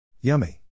Yummy